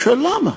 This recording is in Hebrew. אני שואל, למה?